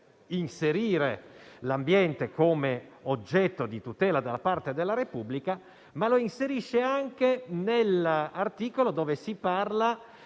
inserire l'ambiente come oggetto di tutela della parte della Repubblica, ma anche all'articolo 41, dove si parla